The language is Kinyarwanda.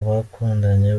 bakundanye